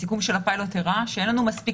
הסיכום של הפיילוט הראה שאין לנו מספיק